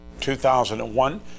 2001